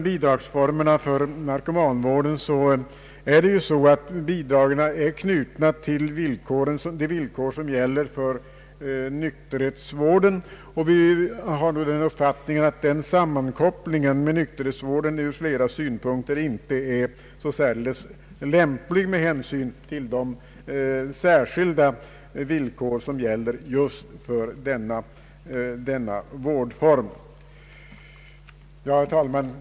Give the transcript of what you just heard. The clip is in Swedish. Bidragen till narkomanvård är ju knutna till de villkor som gäller för nykterhetsvården. Vi har den uppfattningen att denna sammankoppling med nykterhetsvården ur flera synpunkter inte är lämplig med hänsyn till de särskilda villkor som gäller just för denna vårdform. Herr talman!